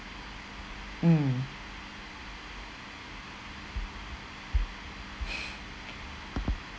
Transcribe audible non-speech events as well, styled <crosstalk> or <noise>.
mm <breath>